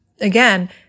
again